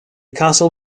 castle